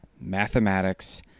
mathematics